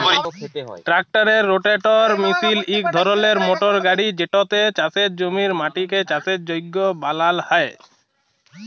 ট্রাক্টারের রোটাটার মিশিল ইক ধরলের মটর গাড়ি যেটতে চাষের জমির মাটিকে চাষের যগ্য বালাল হ্যয়